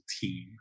team